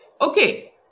Okay